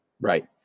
Right